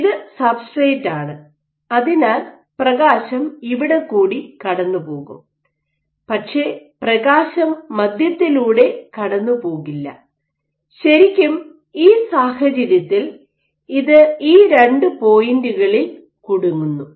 ഇത് സബ്സ്ട്രേറ്റാണ് അതിനാൽ പ്രകാശം ഇവിടെ കൂടി കടന്നുപോകും പക്ഷേ പ്രകാശം മധ്യത്തിലൂടെ കടന്നുപോകില്ല ശരിക്കും ഈ സാഹചര്യത്തിൽ ഇത് ഈ രണ്ട് പോയിന്റുകളിൽ കുടുങ്ങുന്നു